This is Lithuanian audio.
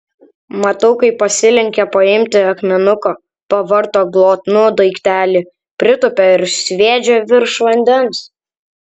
matau kaip pasilenkia paimti akmenuko pavarto glotnų daiktelį pritūpia ir sviedžia virš vandens